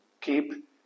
Keep